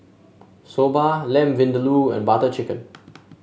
Soba Lamb Vindaloo and Butter Chicken